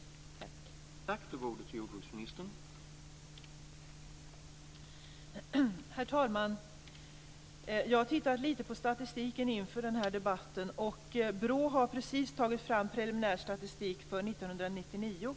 Tack!